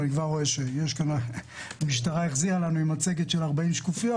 ואני כבר רואה שהמשטרה החזירה לנו עם מצגת של 40 שקופיות.